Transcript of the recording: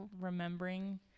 remembering